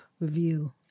review